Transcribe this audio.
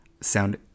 sound